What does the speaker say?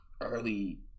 early